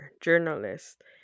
journalist